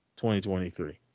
2023